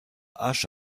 hache